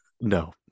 No